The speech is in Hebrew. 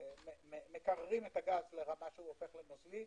מקררים את הגז לרמה שהופך לנוזלי,